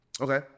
Okay